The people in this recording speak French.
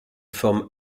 forme